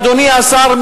אדוני השר,